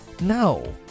No